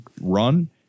run